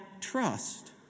trust